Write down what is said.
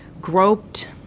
groped